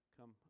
come